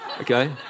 Okay